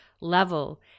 level